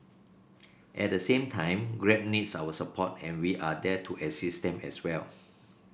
at the same time Grab needs our support and we are there to assist them as well